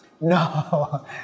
No